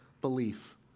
belief